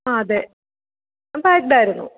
ആ അതെ ആ പാക്ടായിരുന്നു